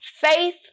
Faith